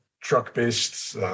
truck-based